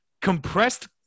Compressed